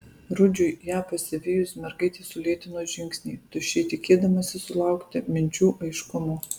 rudžiui ją pasivijus mergaitė sulėtino žingsnį tuščiai tikėdamasi sulaukti minčių aiškumo